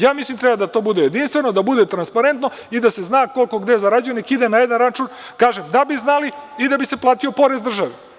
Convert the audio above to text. Ja mislim da treba da to bude jedinstveno, da bude transparentno i da se zna ko, koliko i gde zarađuje, neka ide na jedan račun, kažem – da bi znali i da bi se platio porez državi.